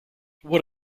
what